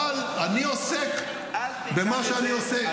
אבל אני עוסק במה שאני עושה.